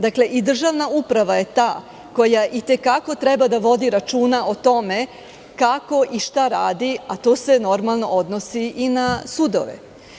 Državna uprava je ta koja i te kako treba da vodi računa o tome kako i šta radi, a to se, normalno, odnosi i na sudove.